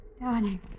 Darling